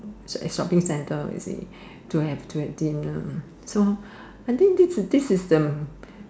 shopping centre you see to have to have dinner so I think this this is the